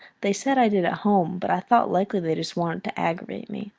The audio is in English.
they said i did at home, but i thought likely they just wanted to aggravate me.